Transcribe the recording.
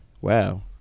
wow